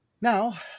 Now